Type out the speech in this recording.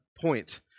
point